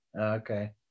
Okay